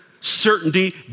certainty